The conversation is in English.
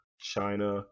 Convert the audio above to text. China